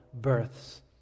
births